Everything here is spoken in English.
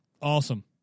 Awesome